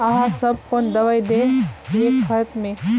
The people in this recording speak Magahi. आहाँ सब कौन दबाइ दे है खेत में?